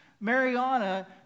mariana